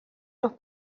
los